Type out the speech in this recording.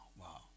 wow